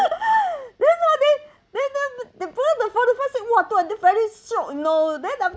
then hor then then they put on the I say !wah! do until very strong you know then